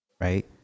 right